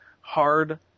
hard